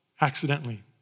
accidentally